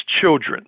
children